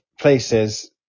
places